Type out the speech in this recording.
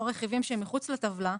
או רכיבים שהם מחוץ לטבלה,